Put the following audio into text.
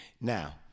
Now